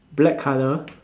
black colour